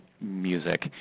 music